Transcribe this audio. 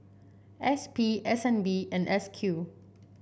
S P S N B and S Q